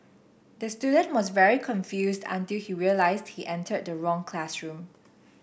the student was very confused until he realised he entered the wrong classroom